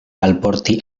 alporti